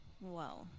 Wow